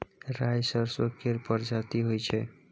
राई सरसो केर परजाती होई छै